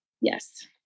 Yes